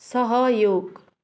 सहयोग